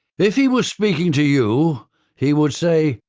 if he was speaking to you he would say,